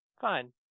Fine